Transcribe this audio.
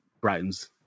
Brighton's